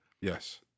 Yes